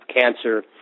cancer